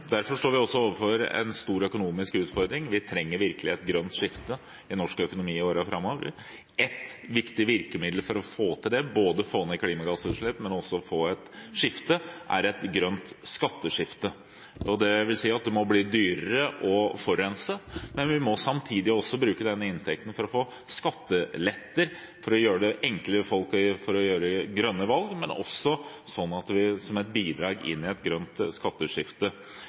Derfor står vi også overfor en stor økonomisk utfordring. Vi trenger virkelig et grønt skifte i norsk økonomi i årene framover. Et viktig virkemiddel for å få til det – både å få ned klimagassutslipp og å få til et skifte – er et grønt skatteskifte. Det vil si at det må bli dyrere å forurense, men vi må samtidig bruke den inntekten til å gi skatteletter som gjør det lettere for folk å gjøre grønne valg, men som også blir et bidrag til et